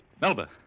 Melba